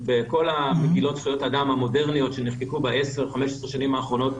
בכל מגילות זכויות האדם המודרניות שנחקקו ב-10 15 שנים האחרונות,